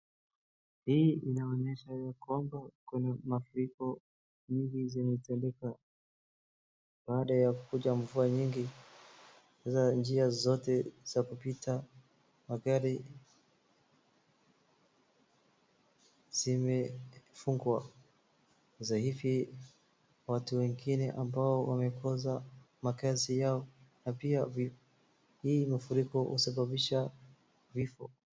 Hii inaonyesha ya kwamba kuna mafuriko nyingi zimetendeka baada ya kukuja mvua nyingi. Hizo njia zote za kupita magari zimefungwa. Sasa hivi watu wengine ambao wamekosa makaazi yao na pia hii mafuriko husababisha vifo.